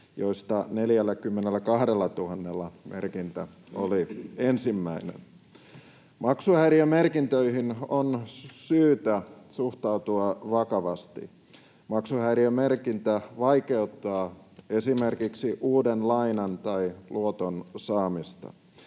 joista 42 000:lla merkintä oli ensimmäinen. Maksuhäiriömerkintöihin on syytä suhtautua vakavasti. Maksuhäiriömerkintä vaikeuttaa esimerkiksi uuden lainan tai luoton saamista,